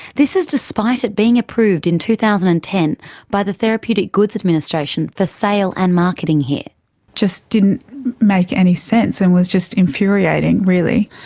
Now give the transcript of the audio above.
this is despite it being approved in two thousand and ten by the therapeutic goods administration for sale and marketing here. it just didn't make any sense and was just infuriating really.